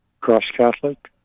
Cross-Catholic